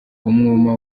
umwuma